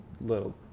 little